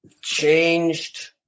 changed